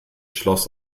schloss